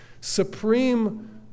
supreme